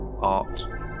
art